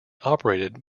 operated